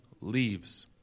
leaves